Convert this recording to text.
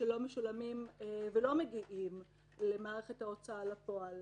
שלא משולמים ולא מגיעים למערכת ההוצאה לפועל.